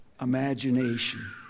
imagination